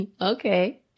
okay